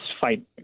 fight –